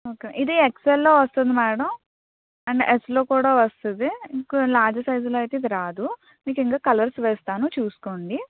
okay ఇది ఎక్సెల్లో వస్తుంది మేడం అండ్ ఎస్లో కూడా వస్తుంది మీకు లార్జ్ సైజ్లో అయితే ఇది రాదు మీకు ఇంకా కలర్స్ వేస్తాను చూస్కోండి